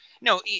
No